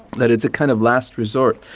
that it's a kind of last resort,